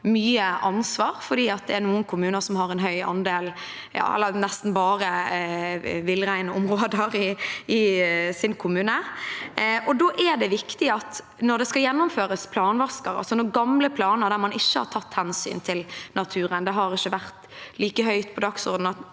som får mye ansvar, fordi det er noen kommuner som har en høy andel – eller nesten bare har – villreinområder i sin kommune. Når det skal gjennomføres planvasker, altså når gamle planer der man ikke har tatt hensyn til naturen, og naturen ikke har vært like høyt på dagsordenen,